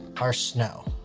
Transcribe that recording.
our snow.